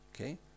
okay